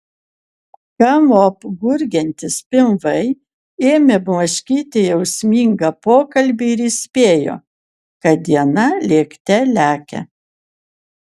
galop gurgiantys pilvai ėmė blaškyti jausmingą pokalbį ir įspėjo kad diena lėkte lekia